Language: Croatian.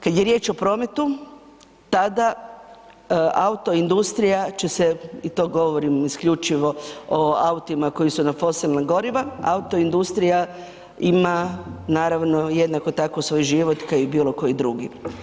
Kad je riječ o prometu tada autoindustrija će se i to govorim isključivo o autima koji su na fosilna goriva, autoindustrija ima naravno jednako tako svoj život ka i bilo koji drugi.